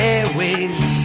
Airways